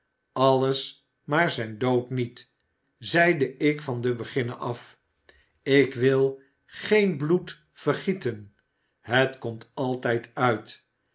alles maar zijn dood niet zeide ik van den beginne af ik wil geen bloed vergieten het komt altijd uit